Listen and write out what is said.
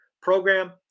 program